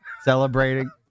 celebrating